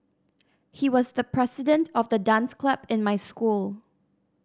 he was the president of the dance club in my school